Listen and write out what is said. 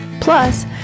plus